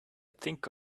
think